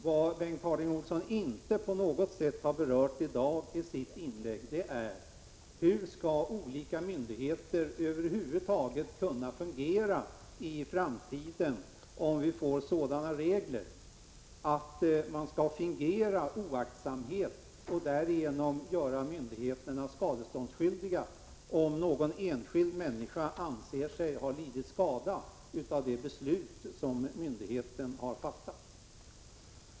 Vad Bengt Harding Olson inte på något sätt har berört i dag i sitt inlägg är hur olika myndigheter över huvud taget skall kunna fungera i framtiden, om vi får sådana regler att man skall fingera oaktsamhet och därigenom göra myndigheterna skadeståndsskyldiga om någon enskild människa anser sig ha lidit skada av det beslut som myndigheten har fattat.